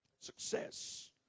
Success